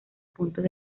puntos